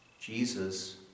Jesus